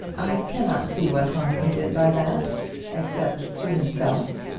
i cannot see what harm he did by that except to himself.